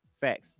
Facts